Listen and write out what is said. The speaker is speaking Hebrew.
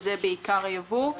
שזה עיקר הייבוא.